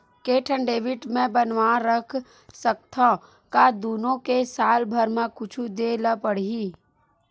के ठन डेबिट मैं बनवा रख सकथव? का दुनो के साल भर मा कुछ दे ला पड़ही?